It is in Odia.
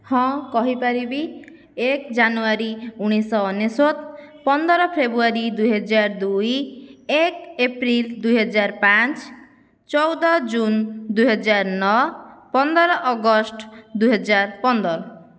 ହଁ କହିପାରିବି ଏକ ଜାନୁଆରୀ ଉଣେଇଶଶହ ଅନେଶ୍ଵତ ପନ୍ଦର ଫେବୃଆରୀ ଦୁଇହଜାର ଦୁଇ ଏକ ଏପ୍ରିଲ୍ ଦୁଇହଜାର ପାଞ୍ଚ ଚଉଦ ଜୁନ୍ ଦୁଇହଜାର ନଅ ପନ୍ଦର ଅଗଷ୍ଟ ଦୁଇହଜାର ପନ୍ଦର